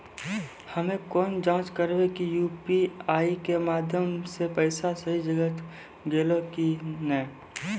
हम्मय केना जाँच करबै की यु.पी.आई के माध्यम से पैसा सही जगह गेलै की नैय?